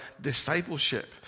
discipleship